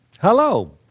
Hello